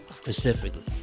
specifically